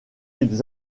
ils